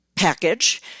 package